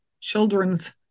children's